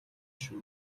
шүү